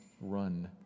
run